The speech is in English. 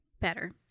Better